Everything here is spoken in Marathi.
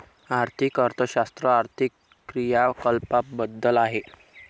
आर्थिक अर्थशास्त्र आर्थिक क्रियाकलापांबद्दल आहे